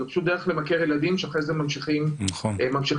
אלא דרך למכר ילדים שאחרי זה ממשיכים לעשן.